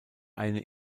eine